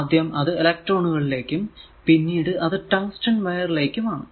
ആദ്യം അത് ഇലെക്ട്രോണുകളിലേക്കും പിന്നീട് അത് ടങ്സ്റ്റൻ വയർ ലേക്കും ആണ്